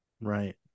Right